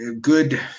Good